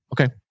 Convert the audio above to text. Okay